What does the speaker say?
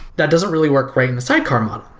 that doesn't really work right in the sidecar model.